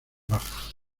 bajas